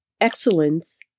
Excellence